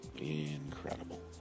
incredible